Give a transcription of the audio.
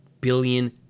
billion